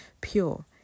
pure